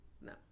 No